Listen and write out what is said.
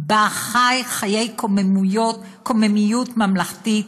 בה חי חיי קוממיות ממלכתית,